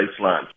baseline